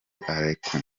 aheruka